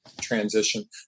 transition